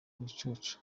ibicucu